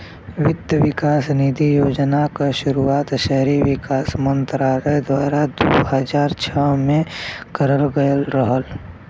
वित्त विकास निधि योजना क शुरुआत शहरी विकास मंत्रालय द्वारा दू हज़ार छह में करल गयल रहल